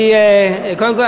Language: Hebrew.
קודם כול,